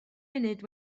munud